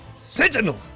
Sentinel